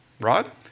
right